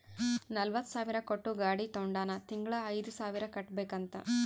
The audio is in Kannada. ನಲ್ವತ ಸಾವಿರ್ ಕೊಟ್ಟು ಗಾಡಿ ತೊಂಡಾನ ತಿಂಗಳಾ ಐಯ್ದು ಸಾವಿರ್ ಕಟ್ಬೇಕ್ ಅಂತ್